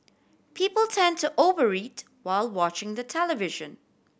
people tend to over eat while watching the television